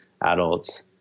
adults